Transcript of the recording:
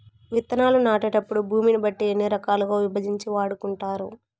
విత్తనాలు నాటేటప్పుడు భూమిని బట్టి ఎన్ని రకాలుగా విభజించి వాడుకుంటారు?